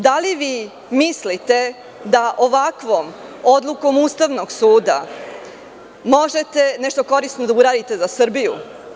Da li vi mislite da ovakvom odlukom Ustavnog suda možete nešto korisno da uradite za Srbiju?